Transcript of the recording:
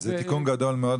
זה תיקון גדול מאוד.